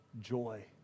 joy